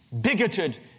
bigoted